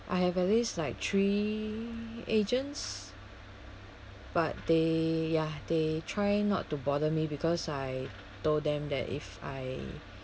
I have at least like three agents but they ah they try not to bother me because I told them that if I